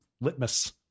litmus